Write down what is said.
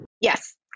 Yes